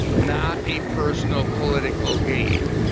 not a personal political gain.